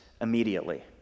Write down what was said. immediately